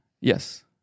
Yes